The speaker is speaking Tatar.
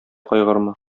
кайгырма